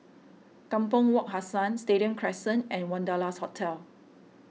Kampong Wak Hassan Stadium Crescent and Wanderlust Hotel